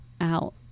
out